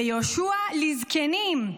"ויהושע לזקנים"